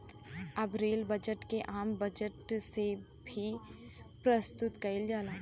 अब rail budget के आम बजट के साथ प्रसतुत कईल जाला